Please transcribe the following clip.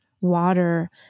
water